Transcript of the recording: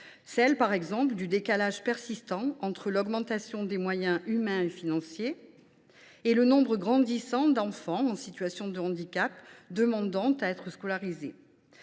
pense notamment au décalage persistant entre l’augmentation des moyens humains et financiers et le nombre croissant d’enfants en situation de handicap demandant à être scolarisés.